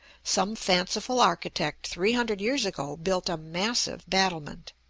some fanciful architect three hundred years ago built a massive battlement